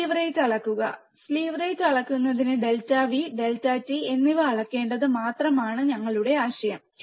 sleeve rate അളക്കുക slew rate അളക്കുന്നതിന് delta v delta t എന്നിവ അളക്കേണ്ടത് മാത്രമാണ് ഞങ്ങളുടെ ആശയം